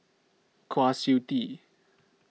Kwa Siew Tee